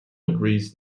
agrees